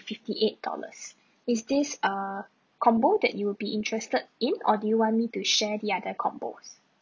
fifty eight dollars is this a combo that you'll be interested in or do you want me to share the other combos